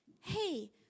hey